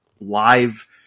live